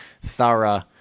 thorough